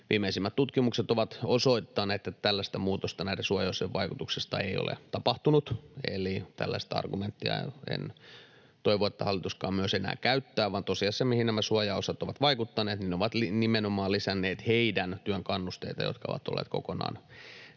viimeisimmät tutkimukset ovat osoittaneet, että tällaista muutosta näiden suojaosien vaikutuksesta ei ole tapahtunut. Eli tällaista argumenttia en toivo, että myöskään hallitus enää käyttää, vaan tosiasiassa nämä suojaosat ovat vaikuttaneet niin, että ne ovat nimenomaan lisänneet niiden työn kannusteita, ketkä ovat olleet kokonaan